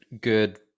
good